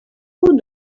who